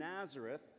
Nazareth